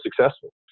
successful